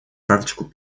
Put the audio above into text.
практику